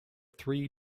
three